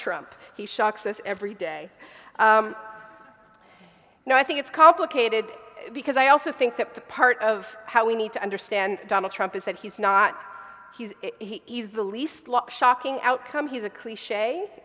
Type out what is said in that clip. trump he shocks us every day no i think it's complicated because i also think that part of how we need to understand donald trump is that he's not he's he's the least shocking outcome he's a cliche